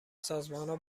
سازمانها